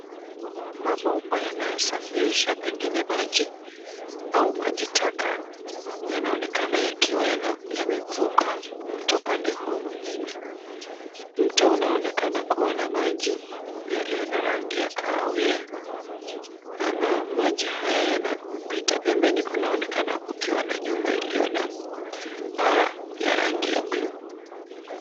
Mabomba yanayosafirisha pengine maji au maji taka, yanaonekana yakiwa yamevuka kutoka upande mmoja hadi mwingine. Mtu anaonekana kuwa na maji yenye rangi ya kahawia yanayopita. Pembeni kunaonekana kuwa na nyumba iliyo na paa la rangi ya buluu.